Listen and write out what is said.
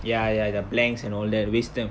ya ya the blanks and all that waste time